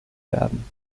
werden